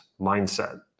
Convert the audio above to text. mindset